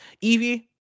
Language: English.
Evie